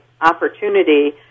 opportunity